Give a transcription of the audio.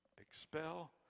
Expel